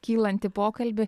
kylantį pokalbį